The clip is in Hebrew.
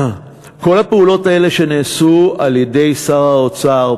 כל הפעולות האלה שנעשו על-ידי שר האוצר,